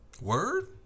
Word